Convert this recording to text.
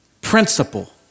principle